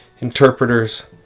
Interpreters